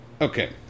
Okay